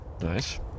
Nice